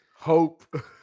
hope